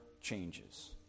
changes